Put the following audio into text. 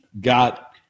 got